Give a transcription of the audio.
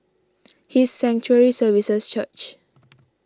His Sanctuary Services Church